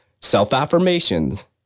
self-affirmations